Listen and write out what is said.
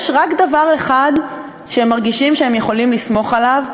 יש רק דבר אחד שהם מרגישים שהם יכולים לסמוך עליו,